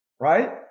right